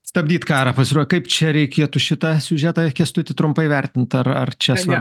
stabdyt karą pasirodo kaip čia reikėtų šitą siužetą kęstuti trumpai vertint ar ar čia